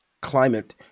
climate